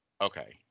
Okay